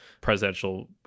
presidential